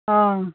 অঁ